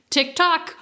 TikTok